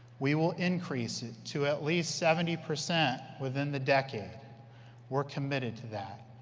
we will increase it to at least seventy percent within the decade we're committed to that.